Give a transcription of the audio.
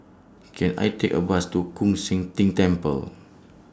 Can I Take A Bus to Koon Seng Ting Temple